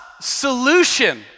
solution